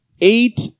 eight